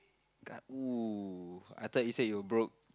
got oo I thought you say you were broke